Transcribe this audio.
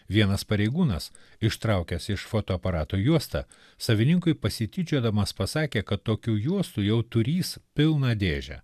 vienas pareigūnas ištraukęs iš fotoaparato juostą savininkui pasityčiodamas pasakė kad tokių juostų jau turįs pilną dėžę